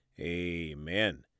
amen